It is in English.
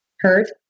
hurt